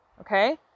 Okay